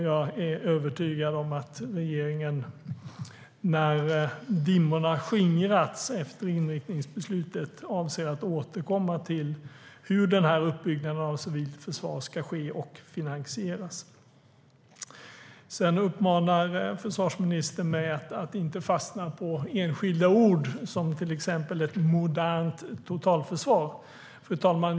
Jag är övertygad om att regeringen, när dimmorna skingrats efter inriktningsbeslutet, avser att återkomma till hur uppbyggnaden av civilförsvaret ska ske och finansieras. Försvarsministern uppmanade mig att inte fastna på enskilda ord som ett modernt totalförsvar. Fru talman!